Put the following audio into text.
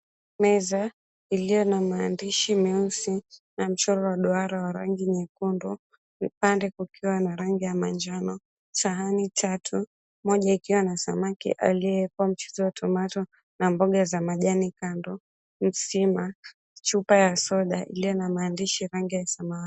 Meza, iliyo na maandishi meusi na mchoro wa duara wa rangi nyekundu, vipande kukiwa na rangi ya manjano, sahani tatu, moja ikiwa na samaki aliyewekwa mchuzi wa tomato na mboga za majani kando, msima, chupa ya soda iliyo na maandishi rangi ya samawati.